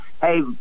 Hey